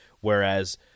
whereas